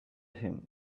him